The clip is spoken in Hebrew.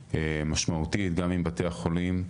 עבודתה משמעותית גם עם בתי החולים,